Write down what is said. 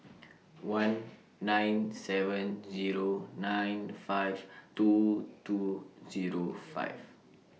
one nine seven Zero nine five two two Zero five